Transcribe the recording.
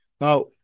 Now